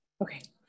Okay